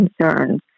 concerns